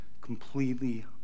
completely